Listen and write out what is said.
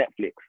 Netflix